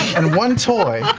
and one toy